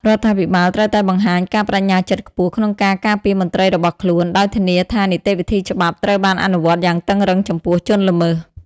រដ្ឋាភិបាលត្រូវតែបង្ហាញការប្ដេជ្ញាចិត្តខ្ពស់ក្នុងការការពារមន្ត្រីរបស់ខ្លួន ដោយធានាថានីតិវិធីច្បាប់ត្រូវបានអនុវត្តយ៉ាងតឹងរ៉ឹងចំពោះជនល្មើស។